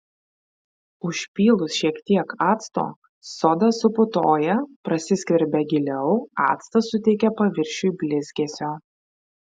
užpylus šiek tiek acto soda suputoja prasiskverbia giliau actas suteikia paviršiui blizgesio